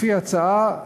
לפי ההצעה,